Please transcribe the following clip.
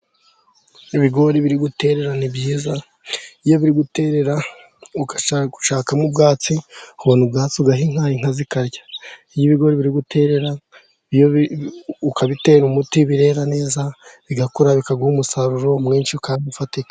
Ibigori biri guterera ni byiza. Iyo biri guterera ukajya gushakamo ubwatsi, ubona ubwatsi ugaha inka inka zikarya. Iyo ibigori biri guterera ukabitera umuti, birera neza bigakura bikaguha umusaruro mwinshi kandi ufatika.